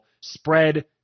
spread